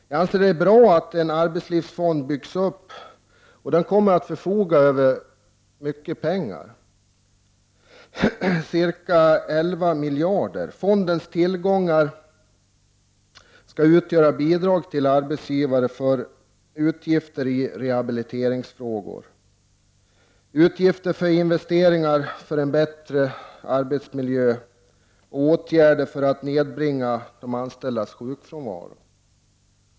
Jag anser att det är bra att en arbetslivsfond byggs upp som kommer att förfoga över mycket pengar, ca 11 miljarder. Fondens tillgångar skall utgöra bidrag till arbetsgivare för utgifter för rehabiliteringsåtgärder, utgifter för investeringar för en bättre arbetsmiljö och åtgärder för att nedbringa de anställdas sjukfrånvaro.